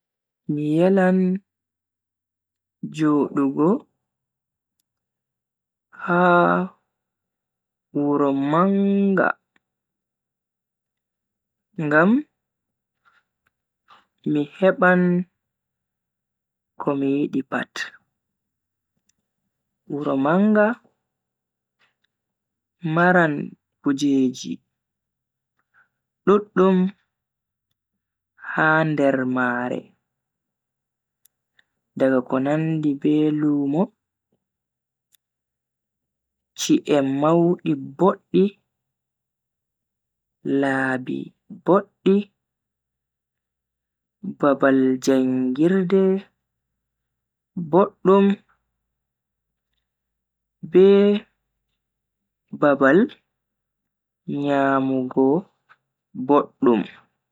Mi yelan jodugo ha wuro manga ngam mi heban komi yidi pat. Wuro manga maran kujeji duddum ha nder maare. Daga ko nandi be lumo, chi'e maudi boddi, laabi boddi, babal jangirdeji bodddum be babal nyamugo boddum. Wuro manga beldum ngam maran ummatoore duddum marbe andal.